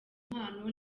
mpano